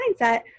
mindset